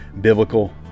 biblical